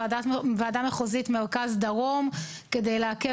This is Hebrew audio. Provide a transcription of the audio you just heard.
כדי להתנהל